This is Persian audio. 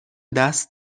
دست